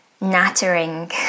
nattering